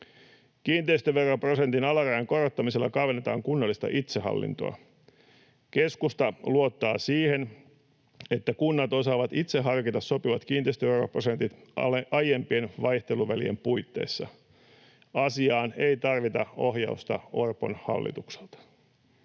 Kiinteistöveroprosentin alarajan korottamisella kavennetaan kunnallista itsehallintoa. Keskusta luottaa siihen, että kunnat osaavat itse harkita sopivat kiinteistöveroprosentit aiempien vaihteluvälien puitteissa. Asiaan ei tarvita ohjausta Orpon hallitukselta.